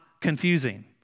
confusing